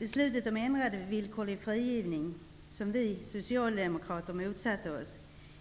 Beslutet om ändrad villkorlig frigivning, vilket vi socialdemokrater motsatte oss,